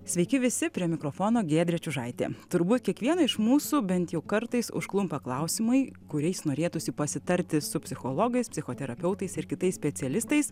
sveiki visi prie mikrofono giedrė čiužaitė turbūt kiekvieną iš mūsų bent jau kartais užklumpa klausimai kuriais norėtųsi pasitarti su psichologais psichoterapeutais ir kitais specialistais